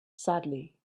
sadly